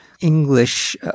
English